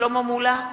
שלמה מולה,